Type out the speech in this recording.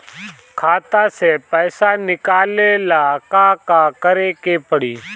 खाता से पैसा निकाले ला का का करे के पड़ी?